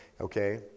okay